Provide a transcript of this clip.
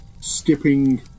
skipping